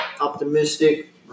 optimistic